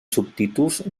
subtítols